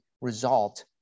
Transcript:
result